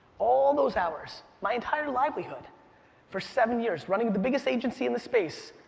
all those hours, my entire livelihood for seven years, running the biggest agency in the space,